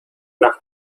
nach